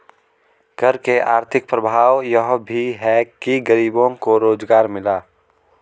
कर के आर्थिक प्रभाव यह भी है कि गरीबों को रोजगार मिला